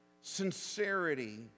sincerity